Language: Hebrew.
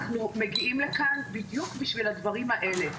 אנחנו מגיעים לכאן בדיוק בשביל הדברים האלה,